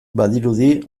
badirudi